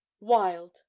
wild